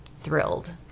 thrilled